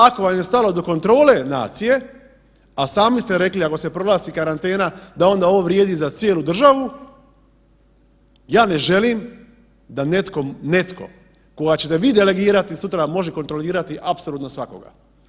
Ako vam je stalo do kontrole nacije, a sami ste rekli ako se proglasi karantena da onda ovo vrijedi za cijelu državu, ja ne želim da netko, netko koga ćete vi delegirati sutra može kontrolirati apsolutno svakoga.